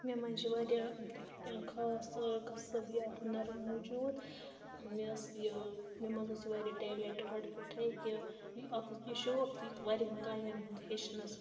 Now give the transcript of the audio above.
مےٚ منٛز چھِ واریاہ خاص کَسٕب یا ہُنَر موٗجوٗد مےٚ ٲس یہِ مےٚ منٛز اوس یہِ واریاہ ٹیلٮ۪نٛٹ گۄڈٕ پٮ۪ٹھَے کہِ یہِ اَکھ اوس مےٚ یہِ شوق تہِ یہِ واریَہَن کامٮ۪ن ہُنٛد ہیٚچھنَس